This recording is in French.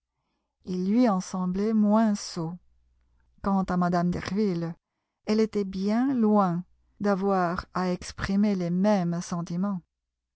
ils lui en semblaient moins sots quant à mme derville elle était bien loin d'avoir à exprimer les mêmes sentiments